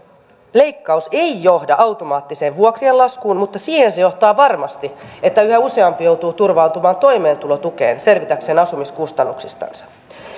leikkaus ei johda automaattiseen vuokrien laskuun mutta siihen se johtaa varmasti että yhä useampi joutuu turvautumaan toimeentulotukeen selvitäkseen asumiskustannuksistansa